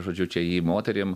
žodžiu čia jį moterim